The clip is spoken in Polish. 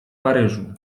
paryżu